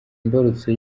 imbarutso